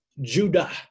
Judah